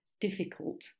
difficult